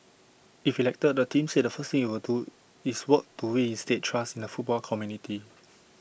if elected the team said the first thing IT would do is work to reinstate trust in the football community